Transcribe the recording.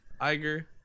Iger